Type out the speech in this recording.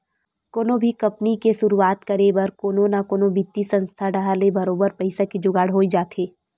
कोनो भी कंपनी के सुरुवात करे बर कोनो न कोनो बित्तीय संस्था डाहर ले बरोबर पइसा के जुगाड़ होई जाथे